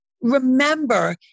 remember